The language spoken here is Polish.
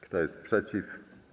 Kto jest przeciw?